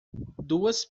duas